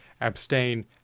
abstain